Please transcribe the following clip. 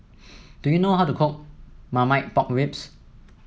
do you know how to cook Marmite Pork Ribs